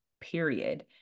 period